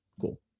Cool